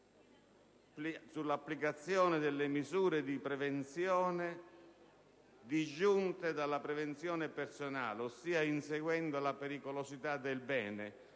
sull'applicazione delle misure di prevenzione disgiunte dalla prevenzione personale, ossia nel senso di inseguirela pericolosità del bene;